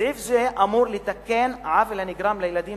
סעיף זה אמור לתקן עוול הנגרם לילדים